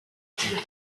backhand